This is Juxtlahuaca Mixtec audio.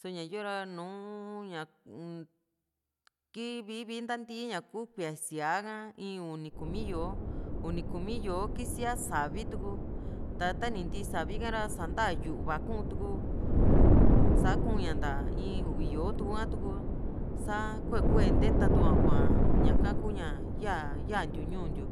so´ña yoo ra nùù ña ki vii viii ntanti ñaku kuía siaa ha in uni kumi yó´o uni kumi yó´o kisia savi tuku ta tani nti savi kara san´ta yu´va kuun tukusa kuun ña nta in uvi yó´o ha tuku sa kue kue nteta tukua ku´aa ñaka kuña ya yantiu ñuu ntiu